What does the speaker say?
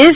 S